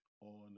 on